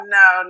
no